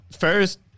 first